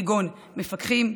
כגון מפקחים,